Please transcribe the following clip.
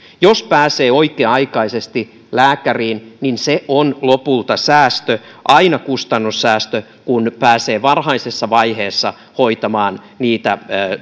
jos pääsee oikea aikaisesti lääkäriin on lopulta säästö aina kustannussäästö kun pääsee varhaisessa vaiheessa hoitamaan niitä